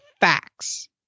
facts